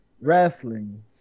wrestling